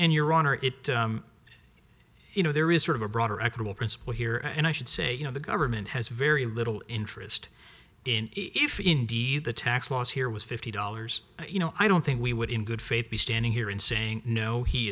d your honor it you know there is sort of a broader economic principle here and i should say you know the government has very little interest in it if indeed the tax laws here was fifty dollars you know i don't think we would in good faith be standing here and saying no he